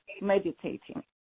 meditating